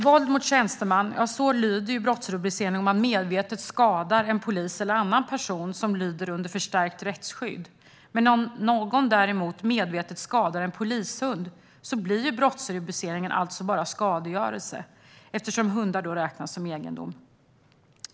Våld mot tjänsteman är brottsrubriceringen om man medvetet skadar en polis eller annan person som lyder under förstärkt rättsskydd. Men om någon däremot medvetet skadar en polishund blir brottsrubriceringen alltså bara skadegörelse, eftersom hundar räknas som egendom.